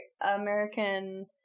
American